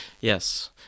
Yes